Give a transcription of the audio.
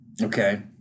Okay